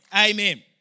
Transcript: Amen